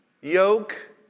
yoke